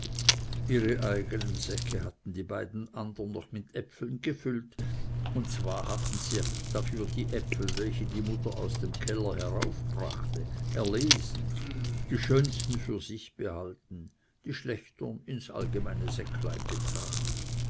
ihre eigenen säcke hatten die beiden andern noch mit äpfeln gefüllt und zwar hatten sie dafür die äpfel welche die mutter aus dem keller heraufbrachte erlesen die schönsten für sich behalten die schlechtern ins allgemeine